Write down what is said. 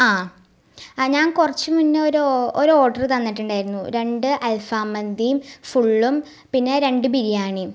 ആ ഞാൻ കുറച്ച് മുന്നേ ഒരു ഒരു ഓർഡറ് തന്നിട്ടുണ്ടായിരുന്നു രണ്ട് അൽഫാം മന്തിയും ഫുള്ളും പിന്നെ രണ്ട് ബിരിയാണിയും